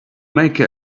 make